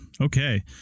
Okay